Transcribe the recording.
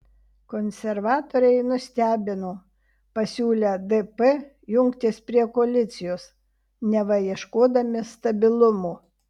konservatoriai nustebino pasiūlę dp jungtis prie koalicijos neva ieškodami stabilumo